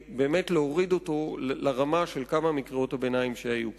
להוריד אותו לרמה של כמה מקריאות הביניים שהיו כאן.